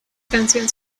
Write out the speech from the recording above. canción